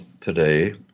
today